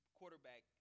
quarterback